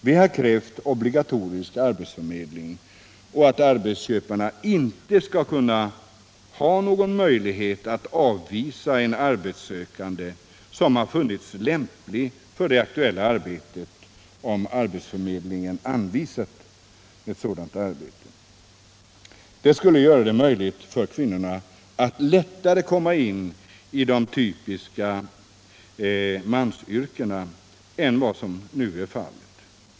Vi har krävt obligatorisk arbetsförmedling och att arbetsköparna inte skall ha någon möjlighet att avvisa en arbetssökande som befunnits lämplig för det aktuella arbetet om arbetsförmedlingen anvisat ett sådant arbete. Det skulle göra det möjligt för kvinnorna att lättare komma in i de typiska mansyrkena än vad som nu är fallet.